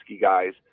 guys